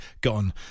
gone